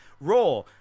raw